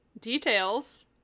Details